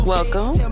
Welcome